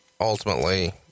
ultimately